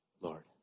Lord